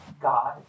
God